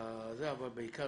אבל בעיקר